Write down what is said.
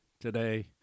today